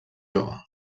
jove